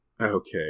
Okay